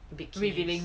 bikinis